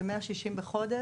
זה 160 בחודש